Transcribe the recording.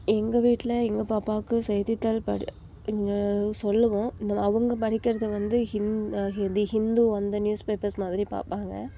எங்கள் வீட்டில் எங்கள் பாப்பாவுக்கு செய்தித்தாள் படி சொல்லுவோம் அவங்க படிக்கிறதை வந்து ஹிந் தி ஹிந்து அந்த நியூஸ் பேப்பர்ஸ் மாதிரி பார்ப்பாங்க